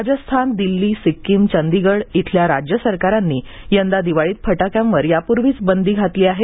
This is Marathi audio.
राजस्थान दिल्ली सिक्कीम चंडीगड येथील राज्य सरकारांनी यंदा दिवाळीत फटाक्यांवर यापूर्वीच बंदी घातली आहे